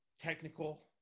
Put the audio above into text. technical